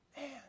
man